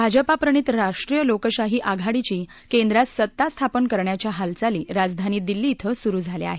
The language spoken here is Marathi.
भाजपा प्रणित राष्ट्रीय लोकशाही आघाडीची केंद्रात सत्ता स्थापन करण्याच्या घडामोडी राजधानी दिल्ली क्रें सुरु झाल्या आहेत